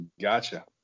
Gotcha